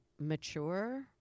mature